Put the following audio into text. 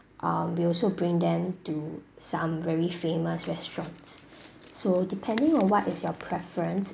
um we also bring them to some very famous restaurants so depending on what is your preference